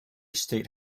state